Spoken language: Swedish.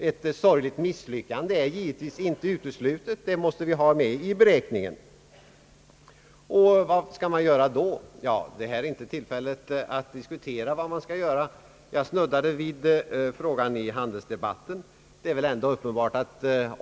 Ett sorgligt misslyckande är givetvis inte uteslutet, det måste vi ha med i beräkningen. Vad skall man göra då? Här är inte rätta tillfället att diskutera vad man då skall göra. Jag snuddade vid den frågan i handelsdebatten.